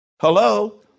Hello